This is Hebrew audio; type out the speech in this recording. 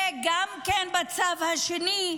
ובצו השני,